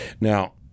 Now